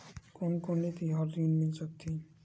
कोन कोन ले तिहार ऋण मिल सकथे?